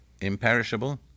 imperishable